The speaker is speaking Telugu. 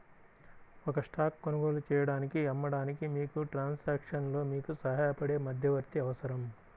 ఒక స్టాక్ కొనుగోలు చేయడానికి, అమ్మడానికి, మీకు ట్రాన్సాక్షన్లో మీకు సహాయపడే మధ్యవర్తి అవసరం